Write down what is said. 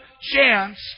chance